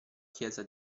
chiesa